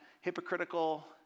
hypocritical